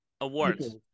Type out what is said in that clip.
awards